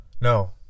No